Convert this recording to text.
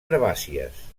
herbàcies